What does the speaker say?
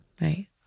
right